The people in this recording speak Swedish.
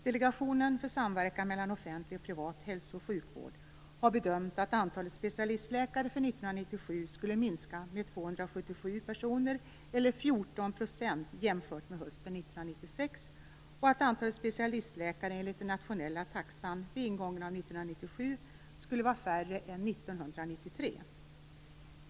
Delegationen för samverkan mellan offentlig och privat hälso och sjukvård har bedömt att antalet specialistläkare för år 1997 skulle minska med 277 personer, 14 %, jämfört med hösten 1996 och att antalet specialistläkare enligt den nationella taxan vid ingången av 1997 skulle vara färre än det var 1993.